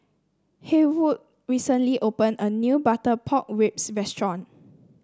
Haywood recently opened a new Butter Pork Ribs restaurant